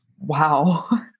Wow